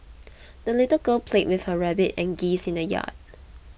the little girl played with her rabbit and geese in the yard